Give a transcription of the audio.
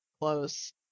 close